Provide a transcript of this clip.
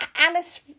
Alice